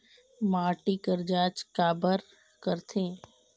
माटी कर जांच काबर करथे?